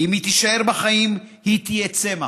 ואם היא תישאר בחיים היא תהיה צמח,